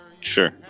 Sure